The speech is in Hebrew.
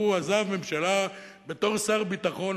הוא עזב ממשלה בתור שר הביטחון,